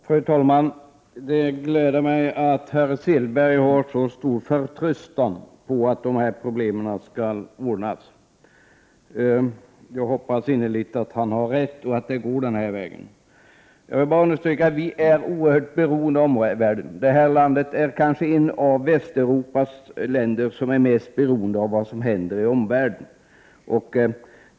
Fru talman! Det gläder mig att herr Selberg har så stor förtröstan på att problemen skall lösas. Jag hoppas innerligt att han har rätt och att det går den vägen han förespråkar. Jag vill understryka att vårt land är oerhört beroende av omvärlden. Sverige är kanske det av Västeuropas länder som är mest beroende av vad som sker i omvärlden.